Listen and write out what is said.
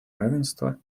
равенства